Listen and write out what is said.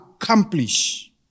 accomplish